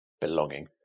belonging